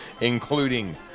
Including